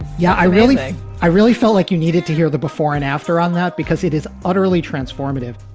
yeah, i really i really felt like you needed to hear the before and after on that because it is utterly transformative.